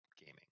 gaming